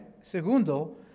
segundo